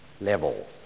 level